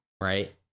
right